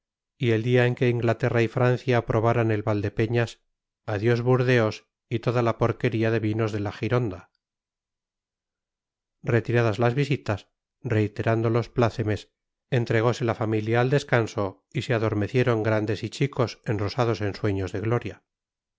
y el día en que inglaterra y francia probaran el valdepeñas adiós burdeos y toda la porquería de vinos de la gironda retiradas las visitas reiterando los plácemes entregose la familia al descanso y se adormecieron grandes y chicos en rosados ensueños de gloria